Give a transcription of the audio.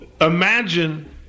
imagine